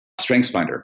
StrengthsFinder